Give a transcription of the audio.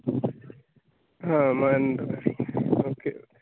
ആ Mananthavady okay okay